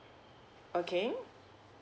okay